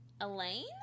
Elaine